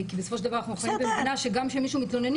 כי בסופו של דבר אנחנו חיים במדינה שגם כשמישהו מתלוננים